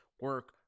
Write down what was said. Work